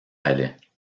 palais